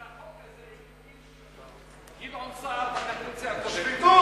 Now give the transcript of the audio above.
את החוק הזה הביא גדעון סער בקדנציה הקודמת.